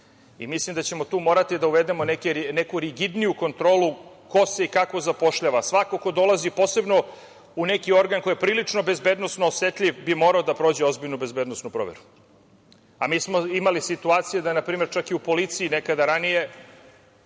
Mislim da ćemo tu morati da uvedemo neku rigidniju kontrolu ko se i kako zapošljava. Svako ko dolazi posebno u neki organ koji je prilično bezbednosno osetljiv bi morao da prođe ozbiljnu bezbednosnu proveru. Imali smo situacije, na primer, čak i u policiji nekada ranije,